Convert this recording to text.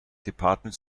department